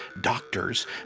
doctors